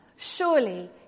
Surely